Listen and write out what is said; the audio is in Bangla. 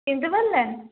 চিনতে পারলেন